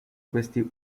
questi